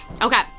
Okay